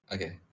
Okay